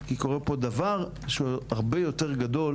כי קורה פה דבר שהוא הרבה יותר גדול